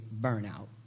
burnout